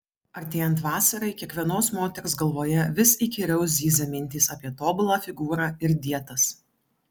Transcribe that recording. artėjant vasarai kiekvienos moters galvoje vis įkyriau zyzia mintys apie tobulą figūrą ir dietas